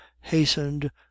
hastened